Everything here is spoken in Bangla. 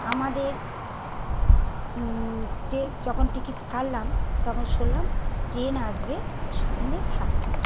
আমাদের কে যখন টিকিট কাটলাম তখন শুনলাম ট্রেন আসবে সন্ধে সাতটায়